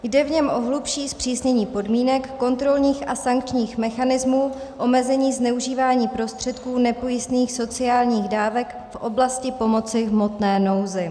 Jde v něm o hlubší zpřísnění podmínek kontrolních a sankčních mechanismů, omezení zneužívání prostředků nepojistných sociálních dávek v oblasti pomoci v hmotné nouzi.